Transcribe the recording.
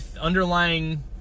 underlying